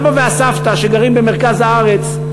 הסבא והסבתא שגרים במרכז הארץ,